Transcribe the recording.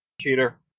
Cheater